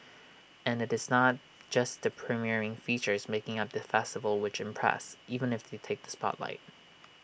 and IT is not just the premiering features making up the festival which impress even if they takes the spotlight